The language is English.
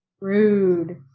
Rude